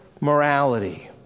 morality